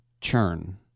churn